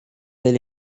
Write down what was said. del